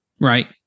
right